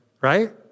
Right